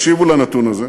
תקשיבו לנתון הזה,